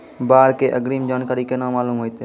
बाढ़ के अग्रिम जानकारी केना मालूम होइतै?